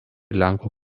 lenkų